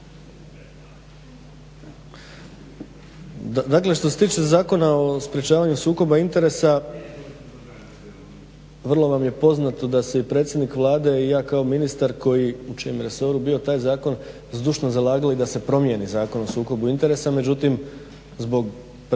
Dakle što se tiče Zakona o sprečavanju sukoba interesa, vrlo vam je poznato da se i predsjednik Vlade i ja kao ministar u čijem je resoru bio taj zakon zdušno zalagali da se promijeni zakon o sukobu interesa. Međutim zbog dakle